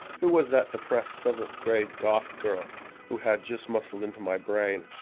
who was that depressed seventh grade goth girl who had just muscled into my brain.